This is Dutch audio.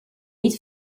niet